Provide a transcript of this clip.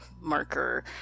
marker